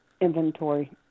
inventory